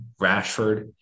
Rashford